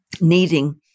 needing